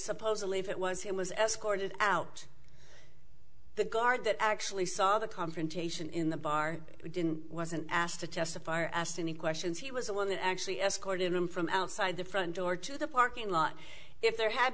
supposedly if it was him was escorted out the guard that actually saw the confrontation in the bar but didn't wasn't asked to testify or asked any questions he was the one that actually escorted him from outside the front door to the parking lot if there had